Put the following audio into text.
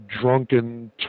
drunken